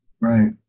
Right